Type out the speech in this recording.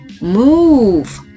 move